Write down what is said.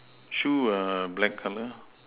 shoes ah black colour